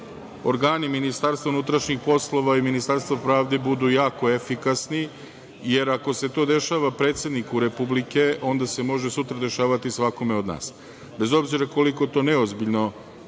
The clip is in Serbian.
delo i očekujem da organi MUP-a i Ministarstvo pravde budu jako efikasni, jer ako se to dešava predsedniku Republike, onda se može sutra dešavati svakome od nas. Bez obzira koliko to neozbiljno